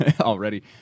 already